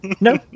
No